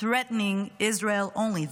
threatening Israel only,